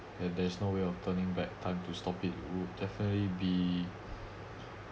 and there's no way of turning back time to stop it would definitely be